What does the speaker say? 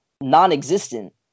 non-existent